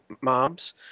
mobs